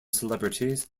celebrities